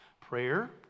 Prayer